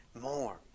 more